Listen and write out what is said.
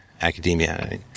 academia